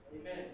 Amen